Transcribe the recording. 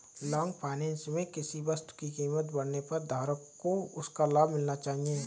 long finance में किसी वस्तु की कीमत बढ़ने पर धारक को उसका लाभ मिलना चाहिए